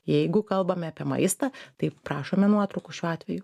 jeigu kalbame apie maistą tai prašome nuotraukų šiuo atveju